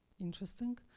interesting